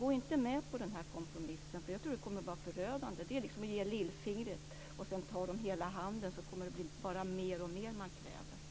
Gå inte med på kompromissen! Jag tror att det kommer att vara förödande. Det är att ge lillfingret, och sedan tar de hela handen. Det kommer bara att bli mer och mer som man kräver.